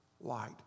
light